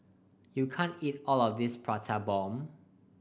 you can't eat all of this Prata Bomb